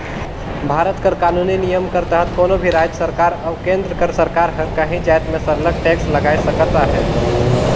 भारत कर कानूनी नियम कर तहत कोनो भी राएज सरकार अउ केन्द्र कर सरकार हर काहीं जाएत में सरलग टेक्स लगाए सकत अहे